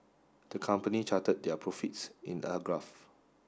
the company charted their profits in a graph